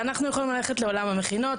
ואנחנו יכולים ללכת לעולם המכינות,